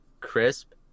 Crisp